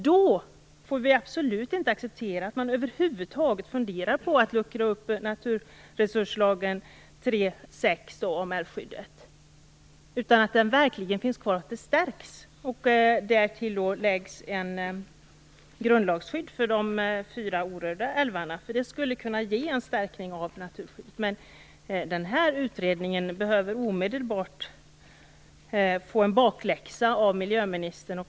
Då får vi absolut inte acceptera att man över huvud taget funderar på att luckra upp naturresurslagen 3:6 om älvskyddet. Den måste verkligen finnas kvar och stärkas. Därtill får läggas ett grundlagsskydd för de fyra orörda älvarna. Det skulle kunna ge en stärkning av naturskyddet. Den här utredningen behöver omedelbart få en bakläxa av miljöministern.